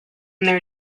their